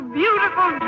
beautiful